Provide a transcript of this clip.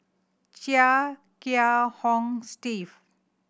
Chia Kiah Hong Steve